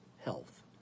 health